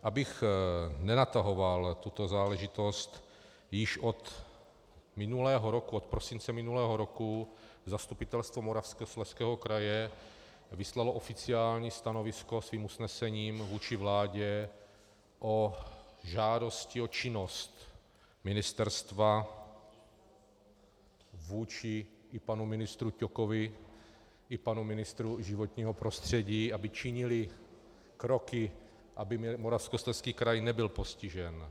Abych nenatahoval tuto záležitost, již od prosince minulého roku Zastupitelstvo Moravskoslezského kraje vyslalo oficiální stanovisko svým usnesením vůči vládě o žádosti o činnost ministerstva vůči i panu ministru Ťokovi i panu ministru životního prostředí, aby činili kroky, aby Moravskoslezský kraj nebyl postižen.